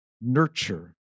nurture